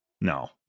No